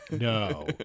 No